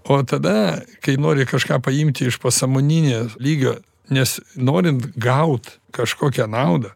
o tada kai nori kažką paimti iš po sąmonio lygio nes norint gaut kažkokią naudą